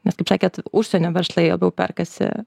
nes kaip sakėt užsienio verslai labiau perkasi